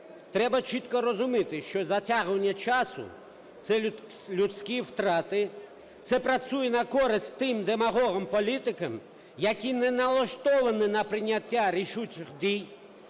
Треба чітко розуміти, що затягування часу – це людські втрати, це працює на користь тим демагогам-політикам, які не налаштовані на прийняття рішучих дій,